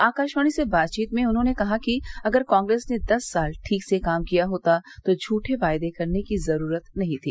आकाशवाणी से बातचीत में उन्होंने कहा कि अगर कांग्रेस ने दस साल ठीक से काम किया होता तो झूठे वायदे करने की जरूरत नहीं थी